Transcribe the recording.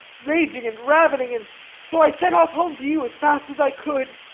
raging and ravening and so i set off home to you as fast as i could.